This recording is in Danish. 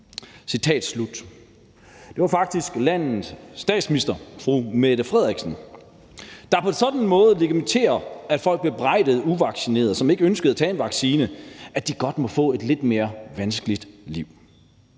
uvaccineret«. Det var faktisk landets statsminister, der på en sådan måde legitimerede, at folk bebrejdede uvaccinerede, som ikke ønskede at tage en vaccine, og sagde, at de godt måtte få et lidt mere vanskeligt liv.